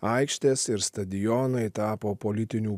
aikštės ir stadionai tapo politinių